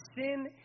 sin